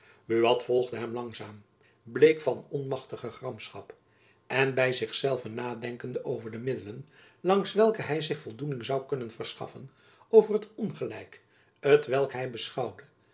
buat volgde hem langzaam bleek van onmachtige gramschap en by zich zelven nadenkende over de middelen langs welke hy zich voldoening zoû kunnen verschaffen over het ongelijk t welk hy beschouwde